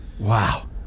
Wow